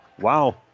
Wow